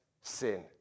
sin